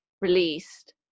released